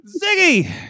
Ziggy